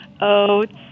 oats